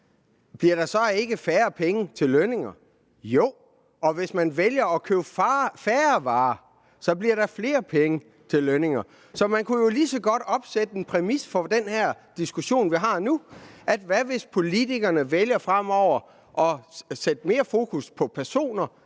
gør der. Eller det kunne være dette: Hvis man vælger at købe færre varer, så bliver der flere penge til lønninger. Så man kunne jo lige så godt opsætte en præmis for den her diskussion, vi har nu, der lød: Hvad hvis politikerne fremover vælger at sætte mere fokus på personer